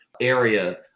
area